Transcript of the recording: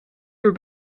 uur